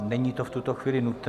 Není to v tuto chvíli nutné.